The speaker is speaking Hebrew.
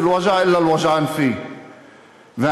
רגע, תן לי רגע.